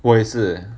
我也是